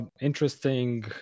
interesting